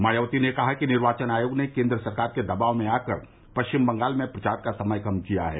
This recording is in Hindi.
मायावती ने कहा कि निर्वाचन आयोग ने केन्द्र सरकार के दबाव में आकर पश्चिम बंगाल में प्रचार का समय कम किया है